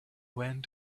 went